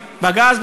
בגז,